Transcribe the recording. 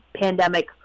pandemic